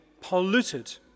polluted